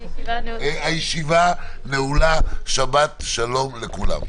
הישיבה נעולה, שבת שלום לכולם.